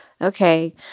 okay